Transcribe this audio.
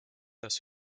das